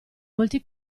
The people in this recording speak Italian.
molti